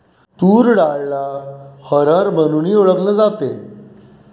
तूर डाळला अरहर म्हणूनही ओळखल जाते